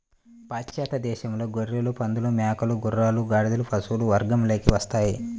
పాశ్చాత్య దేశాలలో గొర్రెలు, పందులు, మేకలు, గుర్రాలు, గాడిదలు పశువుల వర్గంలోకి వస్తాయి